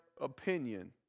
opinion